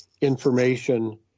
information